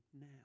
now